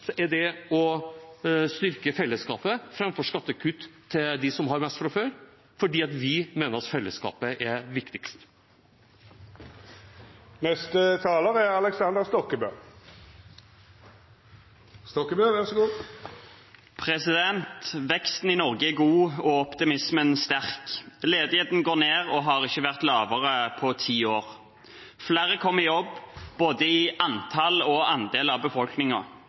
å styrke fellesskapet framfor skattekutt til dem som har mest fra før, fordi vi mener at fellesskapet er viktigst. Veksten i Norge er god og optimismen sterk. Ledigheten går ned og har ikke vært lavere på ti år. Flere kommer i jobb, både i antall og andel av